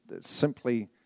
simply